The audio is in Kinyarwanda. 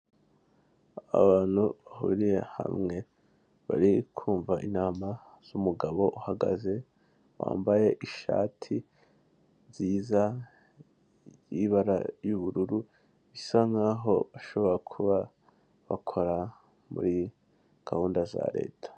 Abantu bahuriye hamwe bari kumva inama z'umugabo uhagaze, wambaye ishati nziza y'ibara ry'ubururu bisa nk'aho bashobora kuba bakora muri gahunda za leta.